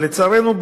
לצערנו,